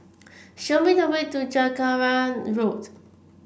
show me the way to Jacaranda Road